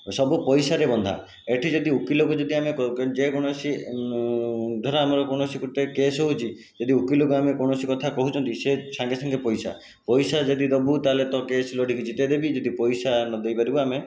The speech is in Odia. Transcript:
ସବୁ ପଇସାରେ ବନ୍ଧା ଏଠି ଯଦି ଓକିଲକୁ ଯଦି ଆମେ ଯେକୌଣସି ଧର ଆମର କୌଣସି ଗୋଟିଏ କେସ୍ ହେଉଛି ଯଦି ଓକିଲକୁ ଆମେ କୌଣସି କଥା କହୁଛନ୍ତି ସେ ସାଙ୍ଗେ ସାଙ୍ଗେ ପଇସା ପଇସା ଯଦି ଦେବୁ ତାହେଲେ ତୋ କେସ୍ ଲଢ଼ିକି ଜିତେଇ ଦେବି ଯଦି ପଇସା ନଦେଇ ପାରିବୁ ଆମେ